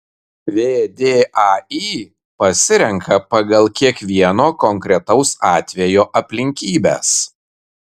vdai pasirenka pagal kiekvieno konkretaus atvejo aplinkybes